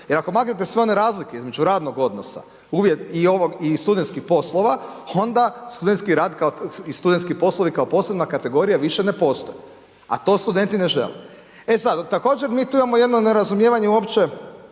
E, ako maknete sve one razlike između radnog odnosa i studentskih poslova, onda studentski rad i studentski poslovi kao posebna kategorija više ne postoje. A to studenti ne žele. E sad, također mi tu imamo jedno nerazumijevanje uopće